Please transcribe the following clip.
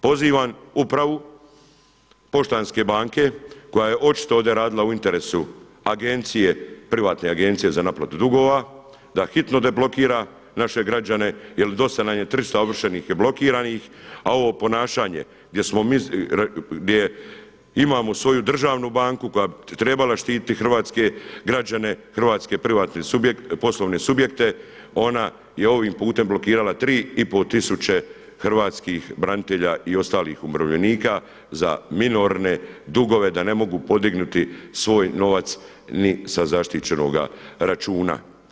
Pozivam upravu Poštanske banke koja je očito ovdje radila u interesu agencije, privatne agencije za naplatu dugova da hitno deblokira naše građane jer dosta nam je tržišta ovršenih i blokiranih, a ovo ponašanje gdje imamo svoju državnu banku koja bi trebala štititi hrvatske građane, hrvatske privatne poslovne subjekte ona je ovim putem blokirala 3 i pol tisuće hrvatskih branitelja i ostalih umirovljenika za minorne dugove da ne mogu podignuti svoj novac ni sa zaštićenoga računa.